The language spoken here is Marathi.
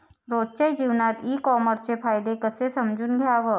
रोजच्या जीवनात ई कामर्सचे फायदे कसे समजून घ्याव?